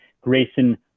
Grayson